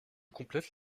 complète